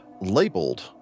labeled